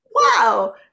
wow